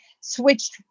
switched